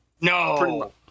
No